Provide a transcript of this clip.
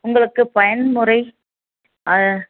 உங்களுக்கு பயன்முறை அது